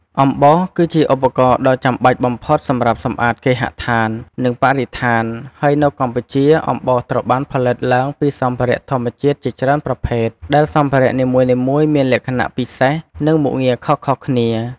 អំបោស គឺជាឧបករណ៍ដ៏ចាំបាច់បំផុតសម្រាប់សម្អាតគេហដ្ឋាន និងបរិស្ថាន ហើយនៅកម្ពុជា អំបោសត្រូវបានផលិតឡើងពីសម្ភារៈធម្មជាតិជាច្រើនប្រភេទ ដែលសម្ភារៈនីមួយៗមានលក្ខណៈពិសេស និងមុខងារខុសៗគ្នា។